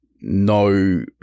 no